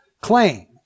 claim